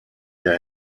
der